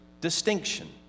distinction